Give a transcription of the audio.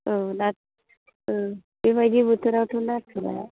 औ ना बे बायदि बोथाोरावथ' नाथुरा